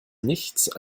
nichts